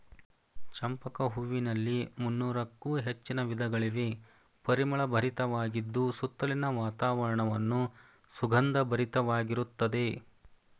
ಚಂಪಕ ಹೂವಿನಲ್ಲಿ ಮುನ್ನೋರಕ್ಕು ಹೆಚ್ಚಿನ ವಿಧಗಳಿವೆ, ಪರಿಮಳ ಭರಿತವಾಗಿದ್ದು ಸುತ್ತಲಿನ ವಾತಾವರಣವನ್ನು ಸುಗಂಧ ಭರಿತವಾಗಿರುತ್ತದೆ